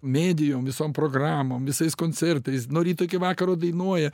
medijom visom programom visais koncertais nuo ryto iki vakaro dainuoja